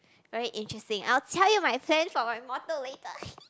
very interesting I'll tell you my plans for my mortal later